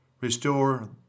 Restore